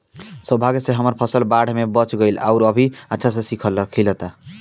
सौभाग्य से हमर फसल बाढ़ में बच गइल आउर अभी अच्छा से खिलता